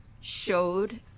showed